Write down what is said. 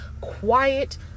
quiet